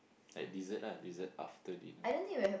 like dessert ah dessert after dinner